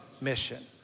mission